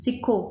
ਸਿੱਖੋ